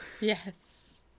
Yes